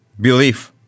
belief